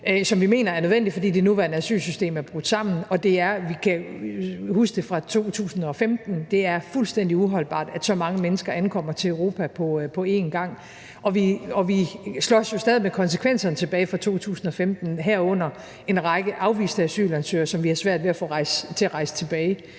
som vi mener er nødvendig, fordi det nuværende asylsystem er brudt sammen. Vi kan jo huske det fra 2015. Det er fuldstændig uholdbart, at så mange mennesker ankommer til Europa på en gang, og vi slås jo stadig med konsekvenserne tilbage fra 2015, herunder en række afviste asylansøgere, som vi har svært ved at få til at rejse tilbage.